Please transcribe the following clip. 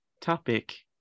topic